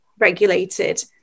Regulated